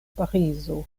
parizo